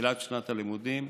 בתחילת שנת הלימודים.